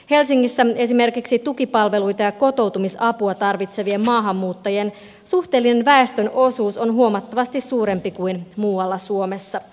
helsingissä esimerkiksi tukipalveluita ja kotoutumisapua tarvitsevien maahanmuuttajien suhteellinen väestönosuus on huomattavasti suurempi kuin muualla suomessa